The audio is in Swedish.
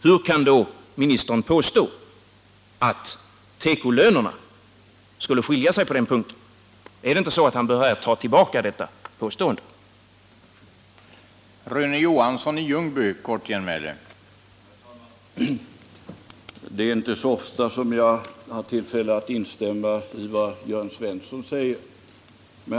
Hur kan då handelsministern påstå, att tekolönerna skulle skilja sig från andra i det avseendet? Bör han inte ta tillbaka påståendet?